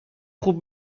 خوب